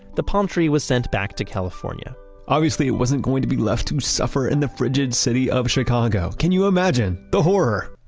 the palm tree was sent back to california obviously, it wasn't going to be left to suffer in the frigid city of chicago. can you imagine the horror?